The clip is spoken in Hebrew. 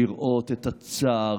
לראות את הצער,